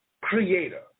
creator